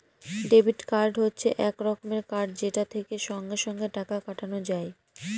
debit card হচ্ছে এক রকমের কার্ড যেটা থেকে সঙ্গে সঙ্গে টাকা কাটানো যায়